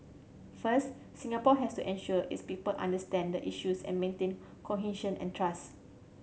first Singapore has to ensure its people understand the issues and maintain cohesion and trust